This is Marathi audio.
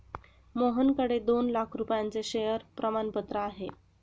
मोहनकडे दोन लाख रुपयांचे शेअर प्रमाणपत्र आहे